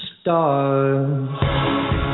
stars